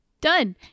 Done